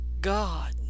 God